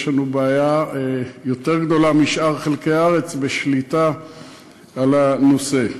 יש לנו שם בעיה יותר גדולה מבשאר חלקי הארץ בשליטה על הנושא.